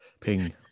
Ping